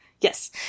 Yes